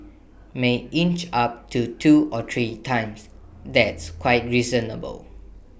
may inch up to two or three times that's quite reasonable